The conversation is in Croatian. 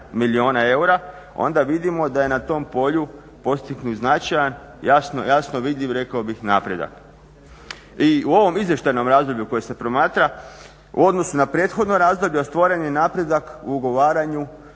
milijuna eura, onda vidimo da je na tom polju postignut značaj, jasno vidljiv rekao bih, napredak. I u ovom izvještajnom razdoblju koje se promatra, u odnosu na prethodno razdoblje, ostvaren je napredak u ugovaranju